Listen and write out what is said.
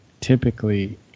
typically